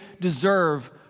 deserve